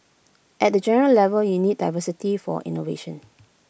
at the general level you need diversity for innovation